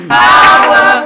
power